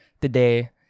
today